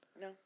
No